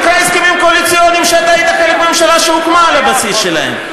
תקרא הסכמים קואליציוניים שאתה היית חלק מהממשלה שהוקמה על הבסיס שלהם.